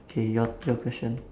K your your question